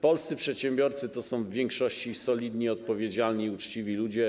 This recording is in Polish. Polscy przedsiębiorcy to są w większości solidni, odpowiedzialni i uczciwi ludzie.